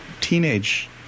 teenage